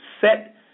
Set